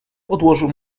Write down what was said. odłożył